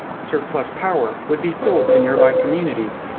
surplus power would be sold to nearby communities.